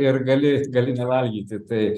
ir gali gali nevalgyti tai